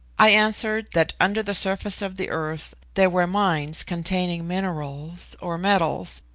i answered, that under the surface of the earth there were mines containing minerals, or metals,